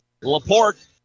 Laporte